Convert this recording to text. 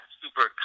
super